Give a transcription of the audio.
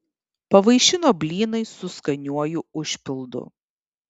pavaišino blynais su skaniuoju užpildu